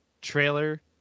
trailer